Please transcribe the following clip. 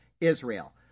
Israel